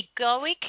egoic